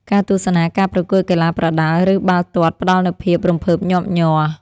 ការទស្សនាការប្រកួតកីឡាប្រដាល់ ឬបាល់ទាត់ផ្ដល់នូវភាពរំភើបញាប់ញ័រ។